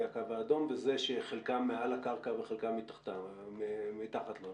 הקו האדום בזה שחלקם מעל הקרקע וחלקם מתחת לו,